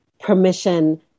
permission